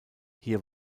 hier